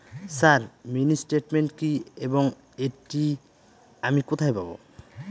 Sir mini statement কি এবং এটি আমি কোথায় পাবো?